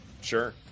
Sure